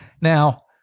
Now